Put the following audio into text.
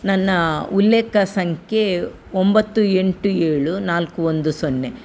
ನನ್ನ ಉಲ್ಲೇಖ ಸಂಖ್ಯೆ ಒಂಬತ್ತು ಎಂಟು ಏಳು ನಾಲ್ಕು ಒಂದು ಸೊನ್ನೆ